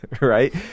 right